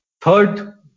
third